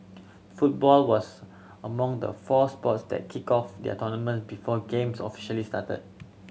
football was among the four sports that kicked off their tournament before games officially started